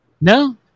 No